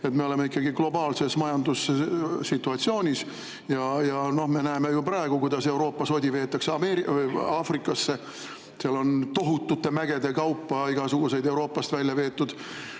Me oleme ikkagi globaalses majandussituatsioonis ja näeme ju praegu, kuidas Euroopa sodi veetakse Aafrikasse. Seal on tohutute mägede kaupa igasuguseid Euroopast välja veetud